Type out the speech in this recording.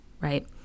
right